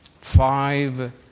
five